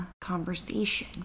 conversation